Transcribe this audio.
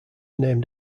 named